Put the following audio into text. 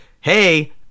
hey